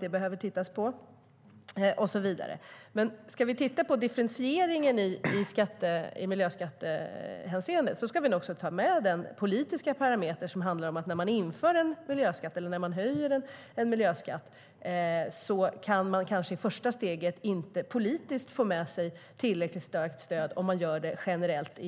Det behöver vi titta på. Om vi ska titta på differentieringen i miljöskattehänseende ska vi nog också ta med den politiska parameter som innebär att man, när man inför eller höjer en miljöskatt, i ett första steg kanske inte politiskt kan få tillräckligt starkt stöd om man gör det generellt